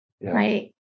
right